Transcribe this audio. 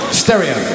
stereo